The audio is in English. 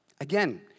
Again